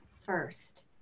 first